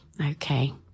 Okay